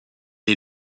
est